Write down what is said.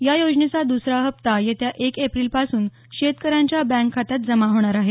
या योजनेचा दुसरा हप्ता येत्या एक एप्रिलपासून शेतकऱ्यांच्या बँक खात्यात जमा होणार आहे